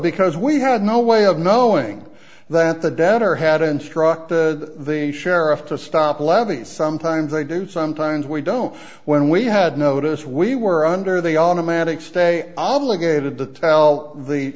because we had no way of knowing that the debtor had instructed the sheriff to stop levies sometimes they do sometimes we don't when we had notice we were under they automatically stay obligated to tell the